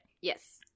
Yes